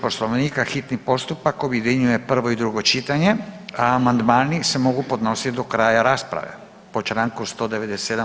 Poslovnika, hitni postupak objedinjuje prvo i drugo čitanje, a amandmani se mogu podnositi do kraja rasprave po čl. 197.